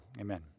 Amen